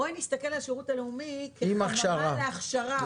בואי נסתכל על השירות הלאומי כחממה להכשרה.